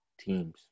teams